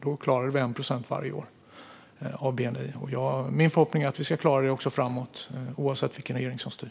Då klarade vi 1 procent av bni varje år. Min förhoppning är att vi ska klara det också framåt oavsett vilken regering som styr.